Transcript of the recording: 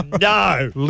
no